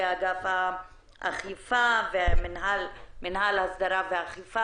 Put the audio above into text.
לאגף האכיפה ומינהל הסדרה ואכיפה